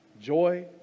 joy